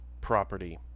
Property